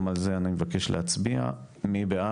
גם על זה אני מבקש להצביע: הצבעה